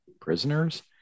prisoners